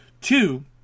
Two